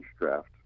draft